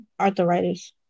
arthritis